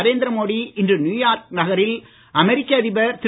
நரேந்திரமோடி இன்று நியூயார்க் நகரில் அமெரிக்கா அதிபர் திரு